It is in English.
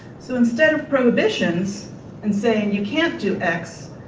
so instead of prohibitions and saying you can't do x,